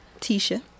Tisha